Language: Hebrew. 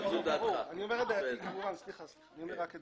אני אומר את דעתי.